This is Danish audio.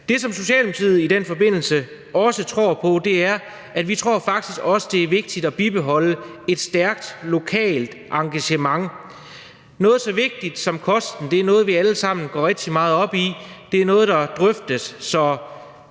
Det, som Socialdemokratiet i den forbindelse også tror på, er, at det faktisk er vigtigt at bibeholde et stærkt lokalt engagement. Noget så vigtigt som kosten er noget, vi alle sammen går rigtig meget op i, det er noget, der drøftes,